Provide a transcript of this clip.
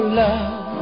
love